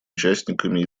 участниками